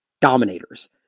dominators